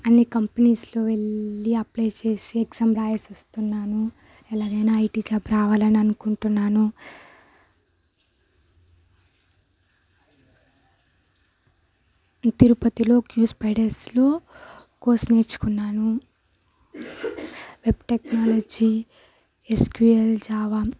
అన్ని కంపెనీస్లో వెళ్లి అప్లై చేసేసి ఎక్జామ్ రాసేసి వస్తున్నాను ఎలాగైనా ఐటీ జాబ్ రావాలని అనుకుంటున్నాను తిరుపతిలో క్యు స్పైడర్స్లో కోర్స్ నేర్చుకున్నాను వెబ్ టెక్నాలజీ ఎస్క్యూఎల్ జావా